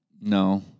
No